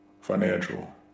financial